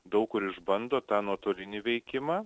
daug kur išbando tą nuotolinį veikimą